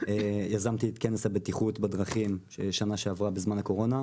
יזמתי את כנס הבטיחות בדרכים בשנה שעברה בזמן הקורונה,